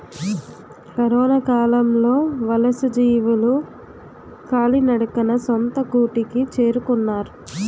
కరొనకాలంలో వలసజీవులు కాలినడకన సొంత గూటికి చేరుకున్నారు